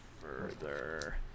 further